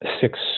six